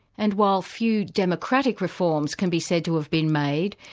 and while few democratic reforms can be said to have been made,